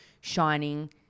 shining